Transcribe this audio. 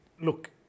look